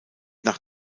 nach